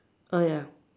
oh ya